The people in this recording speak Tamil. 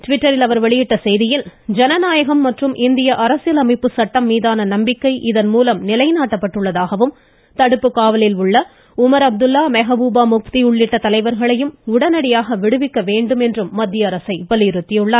ட்விட்டரில் அவர் வெளியிட்டுள்ள செய்தியில் ஜனநாயகம் மற்றும் இந்திய அரசியலமைப்பு சட்டம் மீதான நம்பிக்கை இதன்மூலம் நிலைநாட்டப்பட்டுள்ளதாகவும் தடுப்புக்காவலில் உமர் அப்துல்லா மெகபூபா ழக்தி உள்ளிட்ட தலைவர்களையும் உடனடியாக விடுவிக்க வேண்டும் என மத்திய அரசை வலியுறுத்தியுள்ளார்